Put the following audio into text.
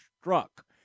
struck